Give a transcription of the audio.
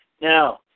Now